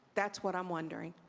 that's what i'm wondering.